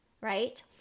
right